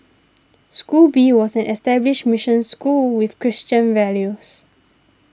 school B was an established mission school with Christian values